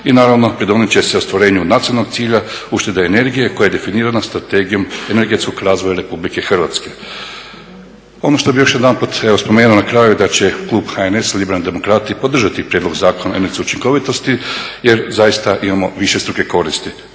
I naravno pridonijet će se ostvarenju nacionalnog cilja, uštede energije koja je definirana strategijom energetskog razvoja RH. Ono što bih još jedanput evo spomenuo na kraju, da će klub HNS-a, Liberalni demokrati podržati Prijedlog zakona o energetskoj učinkovitosti jer zaista imamo višestruke koristi